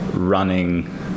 running